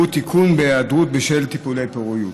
היעדרות בשל טיפולי פוריות.